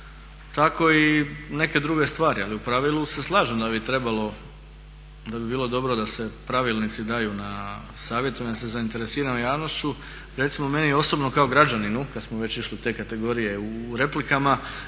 tako i neke druge stvari. Ali u pravilu se slažem da bi trebalo, da bi bilo dobro da se pravilnici daju na savjetovanje sa zainteresiranom javnošću. Recimo, meni je osobno kao građaninu, kada smo već išli te kategorije u replikama,